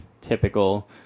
typical